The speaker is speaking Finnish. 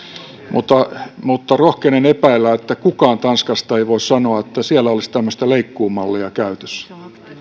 tavannut mutta rohkenen epäillä että kukaan tanskasta ei voi sanoa että siellä olisi tämmöistä leikkuumallia käytössä